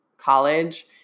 college